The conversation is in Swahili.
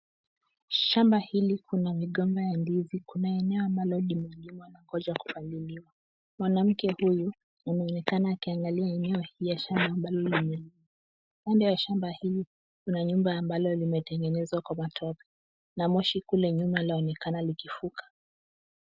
Shamba hili kuna migomba ya ndizi. Kuna eneo ambalo limelimwa na kuja kupaliliwa. Mwanamke huyu anaonekana akiangalia mimea hii kwenye shamba iliyomea. Kando ya shamba hili kuna nyumba ambayo imetengenezwa kwa matope na moshi kule nyuma laonekana likifuka.